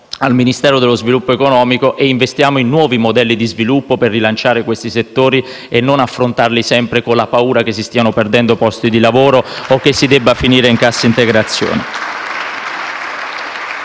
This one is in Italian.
al Ministero dello sviluppo economico e investiamo in nuovi modelli di sviluppo, per rilanciare questi settori e non affrontarli sempre con la paura che si stiano perdendo posti di lavoro o che si debba finire in cassa integrazione.